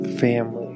family